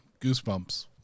Goosebumps